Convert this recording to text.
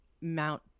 mount